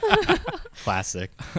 Classic